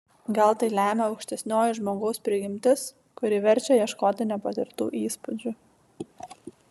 gal tai lemia aukštesnioji žmogaus prigimtis kuri verčia ieškoti nepatirtų įspūdžių